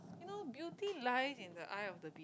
you know beauty lies in the eye of the be